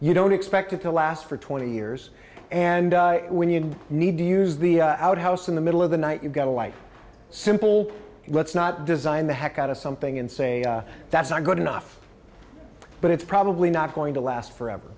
you don't expect it to last for twenty years and when you need to use the outhouse in the middle of the night you've got a life simple let's not design the heck out of something and say that's not good enough but it's probably not going to last forever